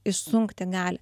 išsunkti gali